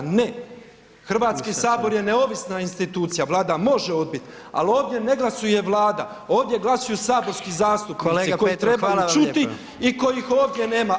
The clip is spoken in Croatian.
Ne, Hrvatski sabor je neovisna institucija, Vlada može odbiti, ali ovdje ne glasuje Vlada, ovdje glasuju saborski zastupnici koji trebaju čuti i kojih ovdje nema.